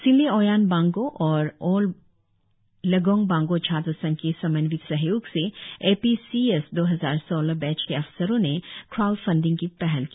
सिल्ले ओयान बांग्गो और ऑल लेगोंग बांग्गो छात्र संघ के समन्वित सहयोग से ए पी सी एस दो हजार सोलह बैच के अफसरों ने क्राउड फंडिंग की पहल की